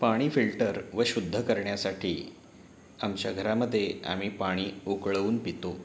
पाणी फिल्टर व शुद्ध करण्यासाठी आमच्या घरामध्ये आम्ही पाणी उकळवून पितो